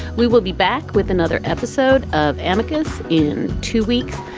we will be back with another episode of amicus in two weeks.